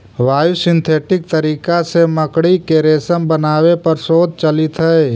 biosynthetic तरीका से मकड़ी के रेशम बनावे पर शोध चलित हई